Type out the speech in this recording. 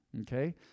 Okay